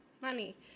money